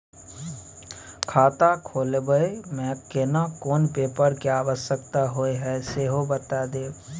खाता खोलैबय में केना कोन पेपर के आवश्यकता होए हैं सेहो बता देब?